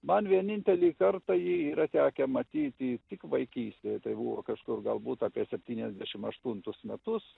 man vienintelį kartą ji yra tekę matyti tik vaikystėje tai buvo kažkur galbūt apie septyniasdešimt aštuntus metus